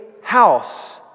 house